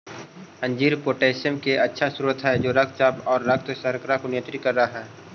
अंजीर पोटेशियम के अच्छा स्रोत हई जे रक्तचाप आउ रक्त शर्करा के नियंत्रित कर हई